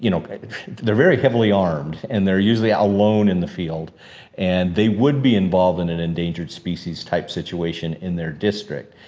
you know they're very heavily armed and they're usually alone in the field and they would be involved in an endangered species type situation in their district.